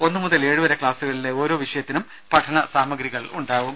ഒന്നു മുതൽ ഏഴുവരെ ക്ലാസുകളിലെ ഓരോ വിഷയത്തിനും പഠനസാമഗ്രികളുണ്ടാവും